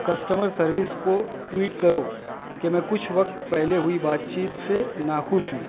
customer service کو tweet کرو کہ میں کچھ وقت پہلے ہوئی بات چیت سے ناخوش ہوں